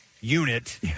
unit